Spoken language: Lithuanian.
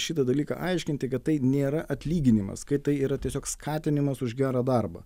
šitą dalyką aiškinti kad tai nėra atlyginimas kai tai yra tiesiog skatinimas už gerą darbą